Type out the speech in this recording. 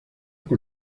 con